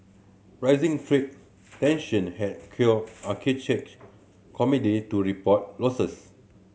rising trade tension have cure commodity to report losses